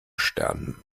stern